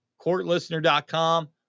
courtlistener.com